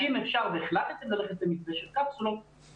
אם אפשר והחלטתם ללכת למתווה של קפסולות,